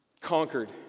conquered